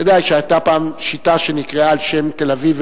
אתה יודע שהיתה פעם שיטה שנקראה על-שם תל-אביב,